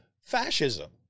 fascism